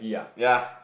ya